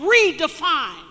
redefined